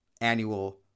annual